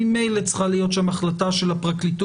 ממילא צריכה להיות שם החלטה של הפרקליטות,